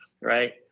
right